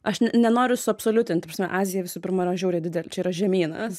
aš nenoriu suabsoliutint ta prasme azija visų pirma yra žiauriai dide čia yra žemynas